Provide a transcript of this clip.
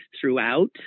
throughout